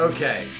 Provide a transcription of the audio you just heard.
Okay